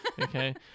okay